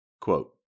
Quote